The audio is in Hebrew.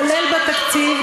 כולל בתקציב,